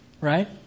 right